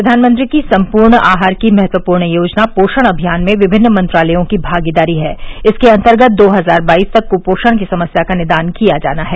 प्रधानमंत्री की संपूर्ण आहार की महत्वपूर्ण योजना पोषण अभियान में विभिन्न मंत्रालयों की भागीदारी है इसके अंतर्गत दो हजार बाईस तक कुपोषण की समस्या का निदान किया जाना है